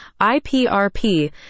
IPRP